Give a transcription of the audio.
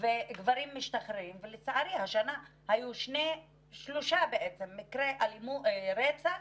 וגברים משתחררים ולצערי השנה היו שלושה מקרי רצח